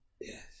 Yes